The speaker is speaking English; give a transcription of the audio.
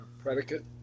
predicate